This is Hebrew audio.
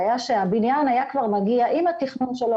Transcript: זה היה שהבניין היה כבר מגיע עם התכנון שלו,